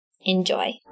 Enjoy